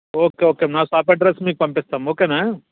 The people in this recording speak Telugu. ఓకే ఓకే నా షాప్ అడ్రస్ మీకు పంపిస్తాము ఓకేనా